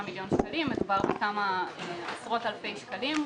מיליון שקלים וכאן מדובר על כמה עשרות אלפי שקלים.